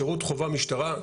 שירות חובה משטרה,